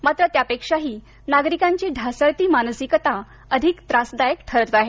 मात्र त्यापेक्षाही नागरिकांची ढासळती मानसिकता अधिक त्रासदायक ठरत आहे